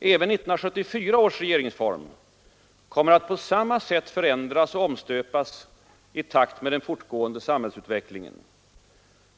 Även 1974 års regeringsform kommer att på samma sätt förändras och omstöpas i takt med den fortgående samhällsutvecklingen.